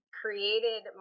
created